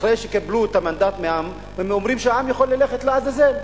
אחרי שהם קיבלו את המנדט מהעם הם אומרים שהעם יכול ללכת לעזאזל.